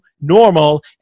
normal